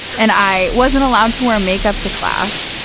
and i wasn't allowed to wear makeup to class.